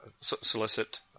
solicit